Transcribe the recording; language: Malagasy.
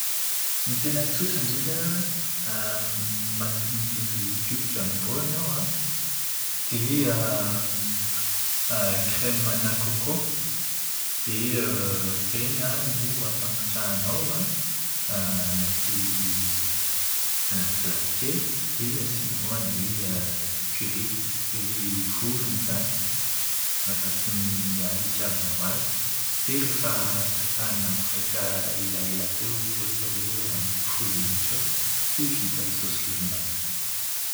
Ny tena tsotra indrindra, mak- mividy kioba Jumbo ianao an, dia "crème" ana koko, dia ireny no ampangotrahanao anaty anaty vilany kely dia asianao an'ilay ilay curry, ilay curry vovony izany, araka ny hitiavanao azy. Dia rehefa rehefa nangotraka elaela ohatra hoe eo amin'ny folo minitra eo dia vita ilay saosy curry anao.